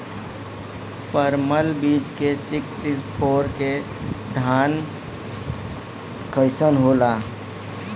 परमल बीज मे सिक्स सिक्स फोर के धान कईसन होला?